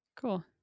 Cool